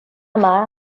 mère